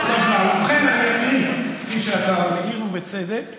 אתם עושים, אדוני, אדוני השר, זה פשוט לא נהוג.